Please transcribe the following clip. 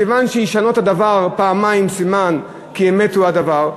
מכיוון שהישנות הדבר פעמיים היא סימן כי אמת הוא הדבר,